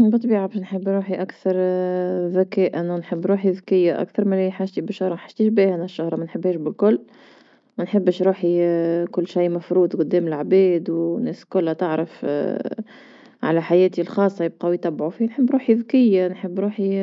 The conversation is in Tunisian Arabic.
بطبيعة باش نحب روحي أكثر ذكاء ونحب روحي ذكية أكثر ملي حاجتي ما حجتيش بها انا الشهرة ما نحبهاش بكل، مل نحبش روحي كل شيء مفرود قدام لعباد والناس كلها تعرف على حياتي الخاصة يبقاو يتبعوا فيا، نحب روحي ذكية نحب روحي